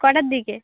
কটার দিকে